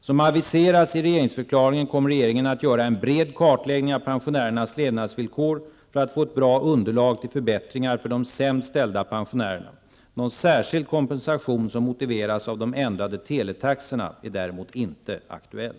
Som aviserats i regeringsförklaringen kommer regeringen att göra en bred kartläggning av pensionärernas levnadsvillkor för att få ett bra underlag till förbättringar för de sämst ställda pensionärerna. Någon särskild kompensation som motiveras av de ändrade teletaxorna är däremot inte aktuell.